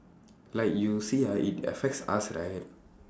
like you see ah it affects us right